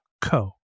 co